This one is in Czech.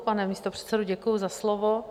Pane místopředsedo, děkuju za slovo.